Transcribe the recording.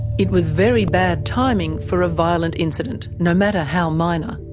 it was very bad timing for a violent incident, no matter how minor.